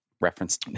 reference